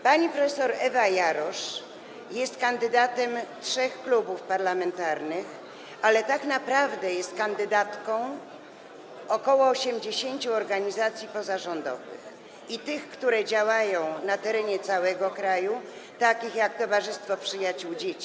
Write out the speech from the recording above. Pani prof. Ewa Jarosz jest kandydatem trzech klubów parlamentarnych, ale tak naprawdę jest kandydatką ok. 80 organizacji pozarządowych: i tych, które działają na terenie całego kraju, takich jak np. Towarzystwo Przyjaciół Dzieci.